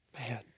man